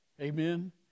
Amen